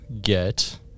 get